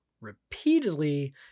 repeatedly